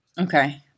okay